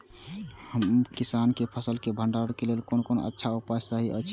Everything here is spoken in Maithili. हम किसानके फसल के भंडारण के लेल कोन कोन अच्छा उपाय सहि अछि?